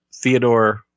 Theodore